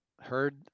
heard